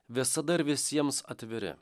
visada ir visiems atviri